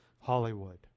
Hollywood